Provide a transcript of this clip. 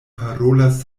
parolas